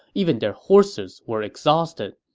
even their horses were exhausted.